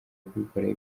kubikoraho